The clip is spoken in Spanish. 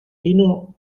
quino